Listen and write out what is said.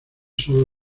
sólo